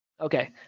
Okay